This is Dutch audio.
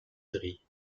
drie